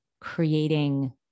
creating